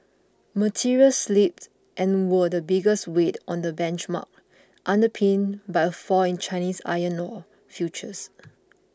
materials slipped and were the biggest weight on the benchmark underpinned by a fall in Chinese iron ore futures